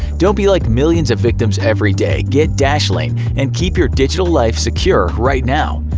don't be like millions of victims every day, get dashlane and keep your digital life secure right now!